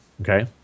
Okay